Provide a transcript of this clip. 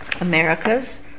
Americas